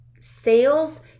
Sales